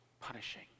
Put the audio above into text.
punishing